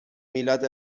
میلاد